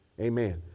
amen